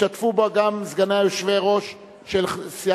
ישתתפו גם סגני היושב-ראש של,